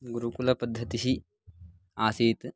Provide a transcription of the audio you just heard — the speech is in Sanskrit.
गुरुकुलपद्धतिः आसीत्